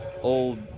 old